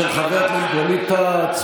של חבר הכנסת ווליד טאהא.